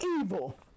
evil